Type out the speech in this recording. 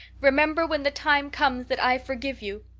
remember when the time comes that i forgive you.